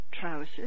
trousers